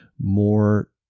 more